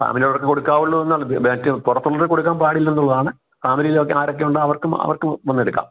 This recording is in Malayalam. ഫാമിലീലുള്ളവര്ക്ക് കൊടുക്കവുള്ളൂന്ന് മറ്റ് പുറത്തുള്ളവര്ക്ക് കൊടുക്കാൻ പാടില്ലന്നുള്ളതാണ് ഫാമിലീലൊക്കെ ആരൊക്കെയുണ്ടോ അവര്ക്കും അവര്ക്ക് വന്നെടുക്കാം